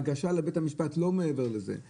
לא בחצי שנה שהממשלה קיימת לא ראינו את